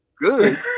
Good